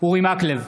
אורי מקלב,